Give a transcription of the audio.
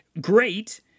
Great